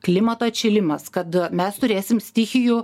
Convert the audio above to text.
klimato atšilimas kad mes turėsim stichijų